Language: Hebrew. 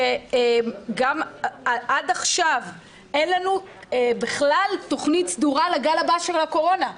שגם עד עכשיו אין לנו בכלל תוכנית סדורה לגל הבא של הקורונה.